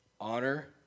honor